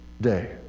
day